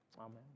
Amen